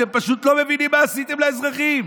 אתם פשוט לא מבינים מה עשיתם לאזרחים.